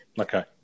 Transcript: Okay